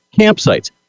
campsites